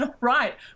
right